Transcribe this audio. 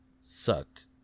sucked